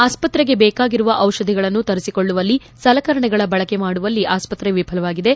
ಆಸ್ಪತ್ತೆಗೆ ದೇಕಾಗಿರುವ ದಿಷಧಿಗಳನ್ನು ತರಿಸಿಕೊಳ್ಳುವಲ್ಲಿ ಸಲಕರಣೆಗಳ ಬಳಕೆ ಮಾಡಿಕೊಳ್ಳುವಲ್ಲಿ ಆಸ್ಪತ್ತೆ ವಿಫಲವಾಗಿದೆ